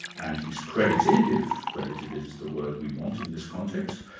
and he's credited, if credited is the word we want in this context,